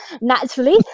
naturally